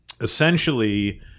essentially